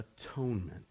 atonement